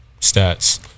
stats